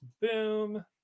Boom